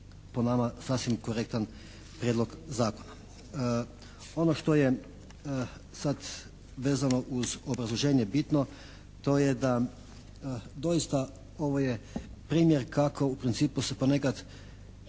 po nama sasvim korektan prijedlog zakona. Ono što je sad vezano uz obrazloženje bitno to je da doista ovo je primjer kako u principu su ponekad